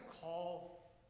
call